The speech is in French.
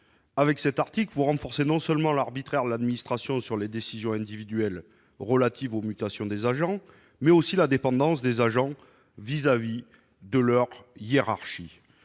de loi. Ici, vous renforcez non seulement l'arbitraire de l'administration sur les décisions individuelles relatives aux mutations des agents, mais aussi la dépendance des agents envers leur hiérarchie,